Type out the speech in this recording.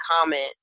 comment